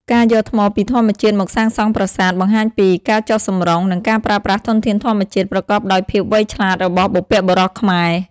ការយកថ្មពីធម្មជាតិមកសាងសង់ប្រាសាទ បង្ហាញពី ការចុះសម្រុង និងការប្រើប្រាស់ធនធានធម្មជាតិ ប្រកបដោយភាពវៃឆ្លាតរបស់បុព្វបុរសខ្មែរ។